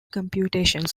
computations